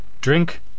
Drink